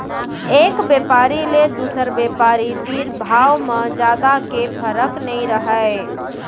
एक बेपारी ले दुसर बेपारी तीर भाव म जादा के फरक नइ रहय